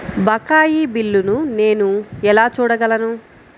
బకాయి బిల్లును నేను ఎలా చూడగలను?